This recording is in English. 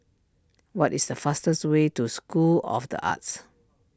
what is the fastest way to School of the Arts